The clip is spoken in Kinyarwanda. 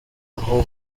aho